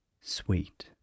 Sweet